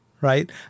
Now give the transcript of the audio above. right